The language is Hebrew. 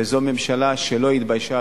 וזו ממשלה שלא התביישה,